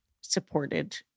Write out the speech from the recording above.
supported